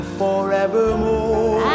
forevermore